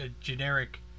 generic